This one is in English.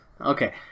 Okay